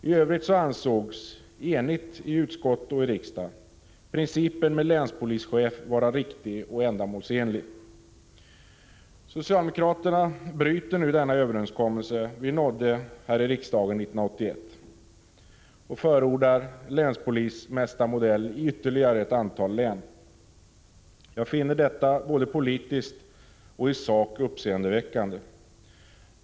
I övrigt var man i utskottet och riksdagen enig om att principen med länspolischef var riktig och ändamålsenlig. Socialdemokraterna bryter nu mot den överenskommelse vi nådde i riksdagen 1981. Man förordar länspolismästarmodellen i ytterligare ett antal län. Jag finner detta både politiskt och i sak uppseendeväckande.